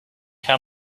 how